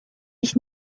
ich